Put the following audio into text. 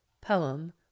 Poem